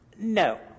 No